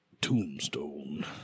Tombstone